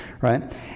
right